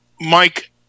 Mike